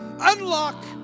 Unlock